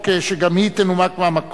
חוק הביטוח הלאומי